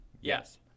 Yes